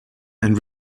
and